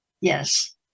Yes